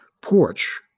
porch